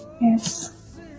Yes